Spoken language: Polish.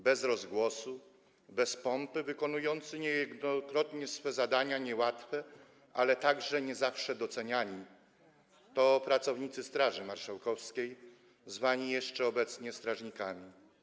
Bez rozgłosu, bez pompy wykonujący niejednokrotnie swe zadania niełatwe, ale także nie zawsze doceniani - to pracownicy Straży Marszałkowskiej, zwani jeszcze obecnie strażnikami.